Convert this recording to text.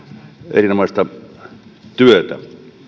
erinomaista työtä